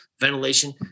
ventilation